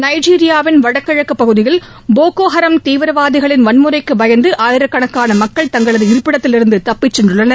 நைஜீரியாவின் வடகிழக்கு பகுதியில் போகோஹாரம் தீவிரவாதிகளின் வன்முறைக்கு பயந்து ஆயிரக்கணக்கான மக்கள் தங்களது இருப்பிடத்திலிருந்து தப்பிச் சென்றுள்ளனர்